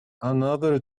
another